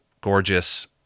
gorgeous